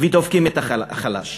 ודופקים את החלש.